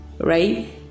right